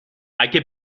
اگه